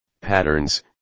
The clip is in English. patterns